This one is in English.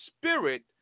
Spirit